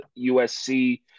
USC